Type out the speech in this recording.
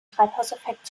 treibhauseffekt